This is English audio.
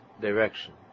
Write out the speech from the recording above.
direction